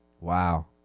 Wow